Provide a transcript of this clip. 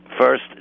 first